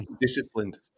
disciplined